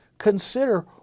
Consider